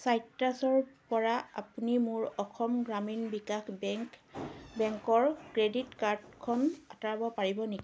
চাইট্ৰাছৰ পৰা আপুনি মোৰ অসম গ্ৰামীণ বিকাশ বেংক বেংকৰ ক্ৰেডিট কাৰ্ডখন আঁতৰাব পাৰিব নেকি